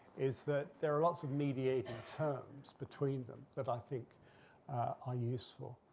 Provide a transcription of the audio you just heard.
is that, there are lots of mediating terms between them that i think are useful.